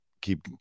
keep